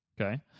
Okay